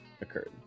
occurred